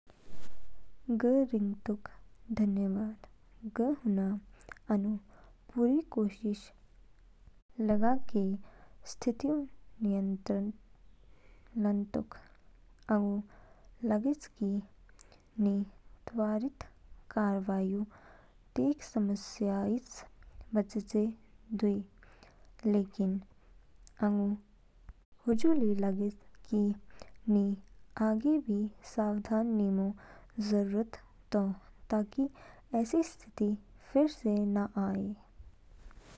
ग रिंगतोक धन्यवाद, ग हुना आनू पूरी कोशिश लाग कि स्थितिऊ नियंत्रित लानतोक। आंगू लागेच कि नि त्वरित कार्रवाईऊ तेग समस्याइस बचेचे दुई। लेकिन आगू हजू ली लागेच कि नि आगे भी सावधान निमो जरूरत तो ताकि ऐसी स्थिति फिर से न आए।